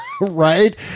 right